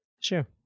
Sure